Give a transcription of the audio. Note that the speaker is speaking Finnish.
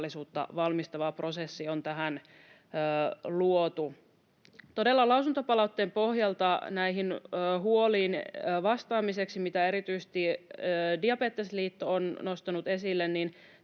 varmistava prosessi on tähän luotu. Todella, lausuntopalautteen pohjalta näihin huoliin vastaamiseksi, mitä erityisesti Diabetesliitto on nostanut esille,